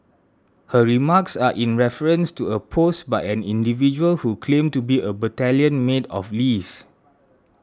her remarks are in reference to a post by an individual who claimed to be a battalion mate of Lee's